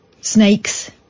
Snakes